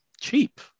cheap